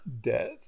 Death